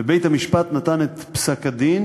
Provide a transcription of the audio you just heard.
בית-המשפט נתן את פסק-הדין